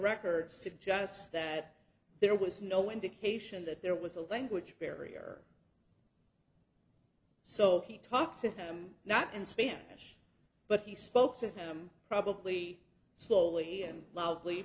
records suggests that there was no indication that there was a language barrier so he talked to him not in spanish but he spoke to him probably slowly and loudly